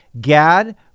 Gad